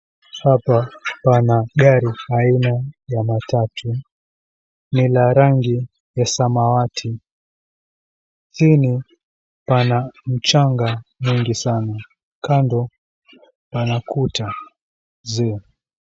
Hapa pana gari aina ya matatu lina rangi ya samawati, chini pana mchanga mwingi sana, kando pana kuta 𝑧𝑖𝑜.